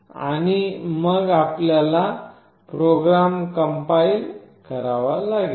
आणि मग आपल्याला प्रोग्राम कंपाईल करावा लागेल